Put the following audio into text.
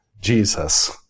Jesus